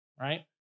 right